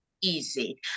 easy